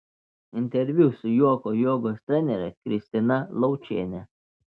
interviu su juoko jogos trenere kristina laučiene